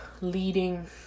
leading